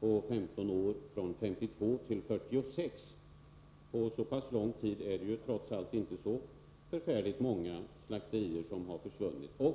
på 15 år har gått ned från 52 till 46. På så pass lång tid är det trots allt inte så förfärligt många slakterier som har försvunnit.